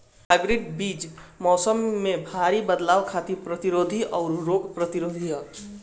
hybrid बीज मौसम में भारी बदलाव खातिर प्रतिरोधी आउर रोग प्रतिरोधी ह